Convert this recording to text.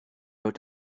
wrote